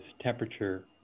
temperature